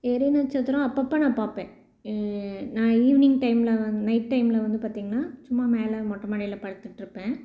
எரிநட்சத்திரம் அப்பப்போ நான் பார்ப்பேன் நான் ஈவினிங் டைமில் வந் நைட் டைமில் வந்து பார்த்திங்கன்னா சும்மா மேல் மொட்டை மாடியில் படுத்துகிட்டுருப்பேன்